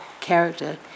character